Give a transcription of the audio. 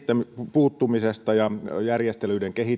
puuttumisesta ja järjestelyiden kehittämisestä